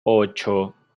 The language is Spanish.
ocho